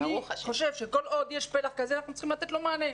אני חושב שכל עוד יש פלח כזה אנחנו צריכים לתת לו מענה.